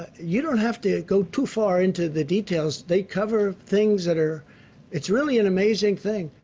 you don't have to go too far into the details. they cover things that are it's really an amazing thing.